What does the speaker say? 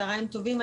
צוהריים טובים.